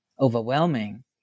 overwhelming